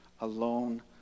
alone